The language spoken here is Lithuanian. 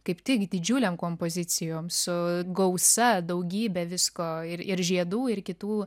kaip tik didžiulėm kompozicijom su gausa daugybe visko ir ir žiedų ir kitų